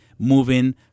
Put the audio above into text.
moving